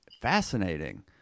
Fascinating